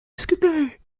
discutées